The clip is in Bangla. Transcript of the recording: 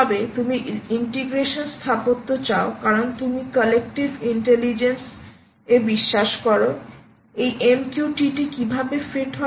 তবে তুমি ইন্টিগ্রেশন স্থাপত্য চাও কারণ কারণ তুমি কলেক্টিভ ইন্টেলিজেন্স এ বিশ্বাস করো এই MQTT কিভাবে ফিট হয়